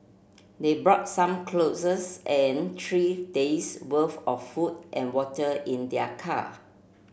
they brought some clothes and three days worth of food and water in their car